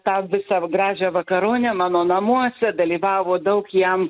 tą visą gražią vakaronę mano namuose dalyvavo daug jam